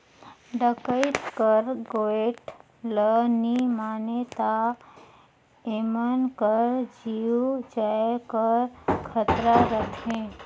डकइत कर गोएठ ल नी मानें ता एमन कर जीव जाए कर खतरा रहथे